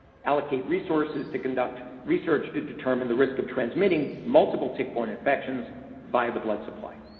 allocate resources to conduct research to determine the risk of transmitting multiple tick-borne infections by the blood supply.